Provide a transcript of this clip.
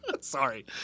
Sorry